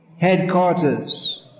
headquarters